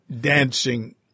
dancing